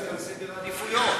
בגלל סדר עדיפויות.